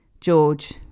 george